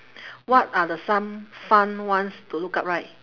what are the some fun ones to look up right